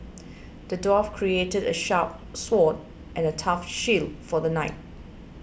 the dwarf crafted a sharp sword and a tough shield for the knight